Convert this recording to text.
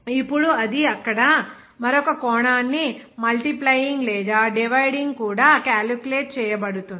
ఇప్పుడు అది అక్కడ మరొక కోణాన్ని మల్టీప్లైయింగ్ లేదా డివైడింగ్ కూడా కాలిక్యులేట్ చేయబడుతుంది